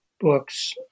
books